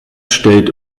stellt